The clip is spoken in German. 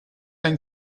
ein